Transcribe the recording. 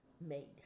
made